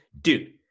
Dude